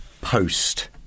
post